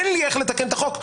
אין לי איך לתקן את החוק,